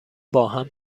باهم